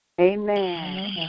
Amen